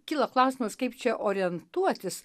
kyla klausimas kaip čia orientuotis